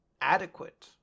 adequate